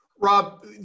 Rob